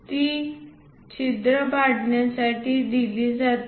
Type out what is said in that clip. ती छिद्र पाडण्यासाठी दिली जाते